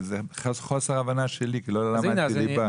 זה חוסר הבנה שלי כי לא למדתי ליבה.